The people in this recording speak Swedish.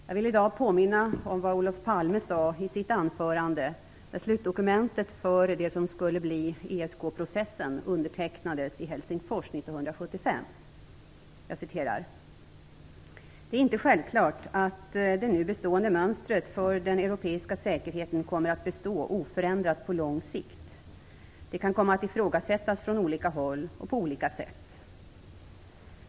Jag vill i dag påminna om vad Olof Palme sade i sitt anförande när slutdokumentet för det som skulle bli ESK-processen undertecknades i Helsingfors 1975: "Det är inte självklart att det nu bestående mönstret för den europeiska säkerheten kommer att bestå oförändrat på lång sikt. Det kan komma att ifrågasättas från olika håll och på olika sätt.